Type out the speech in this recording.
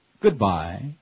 goodbye